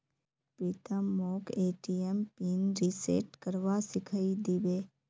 प्रीतम मोक ATM pin reset करवा सिखइ दी बे